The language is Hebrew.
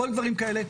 או כל דבר כזה.